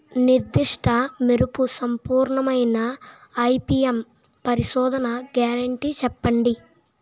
నిర్దిష్ట మెరుపు సంపూర్ణమైన ఐ.పీ.ఎం పరిశోధన గ్యారంటీ చెప్పండి?